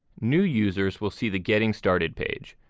new users will see the getting started page.